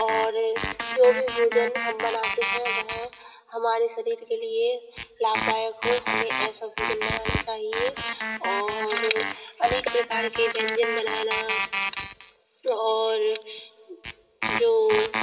और जो भी भोजन हम बनाते हैं वह हमारे शरीर के लिए लाभदायक हो हमें ऐसा भोजन बनाना चाहिए और अनेक प्रकार के व्यंजन बनाना और जो